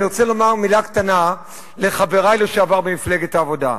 אני רוצה לומר מלה קטנה לחברי לשעבר במפלגת העבודה.